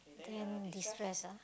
then destress ah